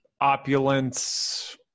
opulence